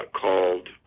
called